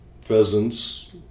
pheasants